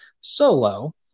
solo